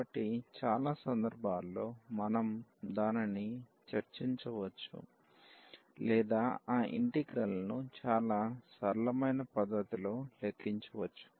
కాబట్టి చాలా సందర్భాల్లో మనం దానిని చర్చించవచ్చు లేదా ఆ ఇంటిగ్రల్ ను చాలా సరళమైన పద్ధతిలో లెక్కించవచ్చు